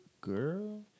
girl